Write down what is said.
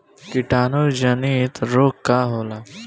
कीटाणु जनित रोग का होला?